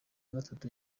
gatatu